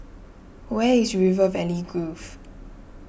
where is River Valley Grove